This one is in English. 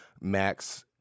Max